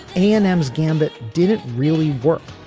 and ms gambit did it really work.